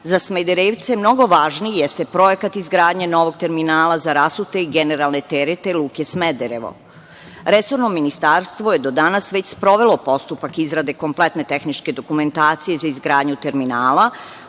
za Smederevce mnogo važniji, jeste projekat izgradnje novog terminala za rasute i generalne terete Luke Smederevo. Resorno ministarstvo je do danas već sprovelo postupak izrade kompletne tehničke dokumentacije za izgradnju terminala,